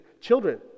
children